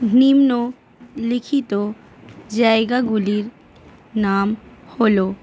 নিম্নলিখিত জায়গাগুলির নাম হলো